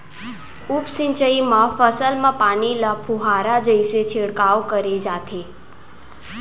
उप सिंचई म फसल म पानी ल फुहारा जइसे छिड़काव करे जाथे